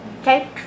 okay